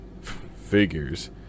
Figures